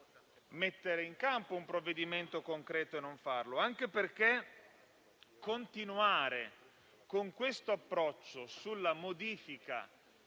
mettere in campo un provvedimento concreto, non farlo. Continuare con questo approccio sulla modifica